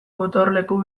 gotorleku